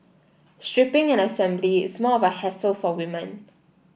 stripping and assembly is more of a hassle for women